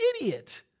idiot